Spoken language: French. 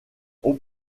aux